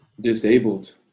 disabled